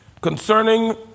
Concerning